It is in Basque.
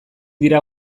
dira